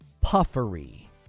puffery